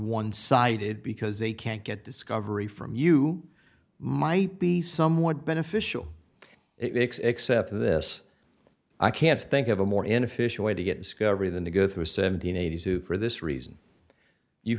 one sided because they can't get discovery from you might be somewhat beneficial except for this i can't think of a more inefficient way to get discovery than to go through a seven hundred and eighty two for this reason you